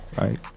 Right